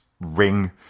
ring